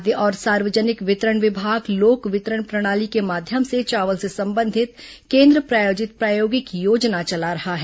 खाद्य और सार्वजनिक वितरण विभाग लोक वितरण प्रणाली के माध्यम से चावल से संबंधित केन्द्र प्रायोजित प्रायोगिक योजना चला रहा है